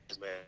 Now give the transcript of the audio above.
man